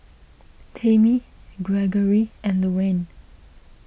Tamie Greggory and Luanne